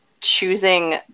choosing